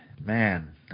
man